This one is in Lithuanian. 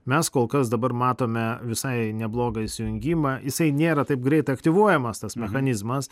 mes kol kas dabar matome visai neblogą įsijungimą jisai nėra taip greit aktyvuojamas tas mechanizmas